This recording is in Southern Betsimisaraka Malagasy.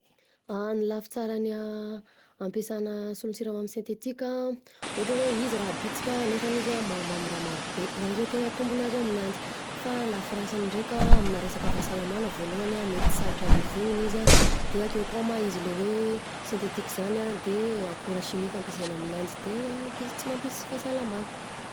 Ny lafy tsaran'ny an ampiasana solon-tsiramamy sentetika an, ohatra hoe izy raha bitika nefa izy mahamamy raha marobe, zany zao tegna tombony azo aminanjy, fa lafy rasiny ndreka aminà resaka fahasalamana: voalohany mety sarotra levognina izy an, de akeo koa ma izy le hoe sentetika zany de akora simika ampiasana aminanjy, de amp- sy mampisy fahasalamana.